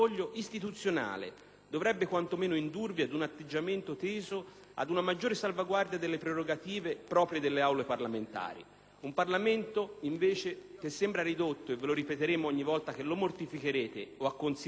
dovrebbe quantomeno indurvi ad un atteggiamento teso ad una maggiore salvaguardia delle prerogative proprie delle Aule parlamentari. Un Parlamento invece che sembra ridotto, e ve lo ripeteremo ogni volta che lo mortificherete o acconsentirete a mortificarlo,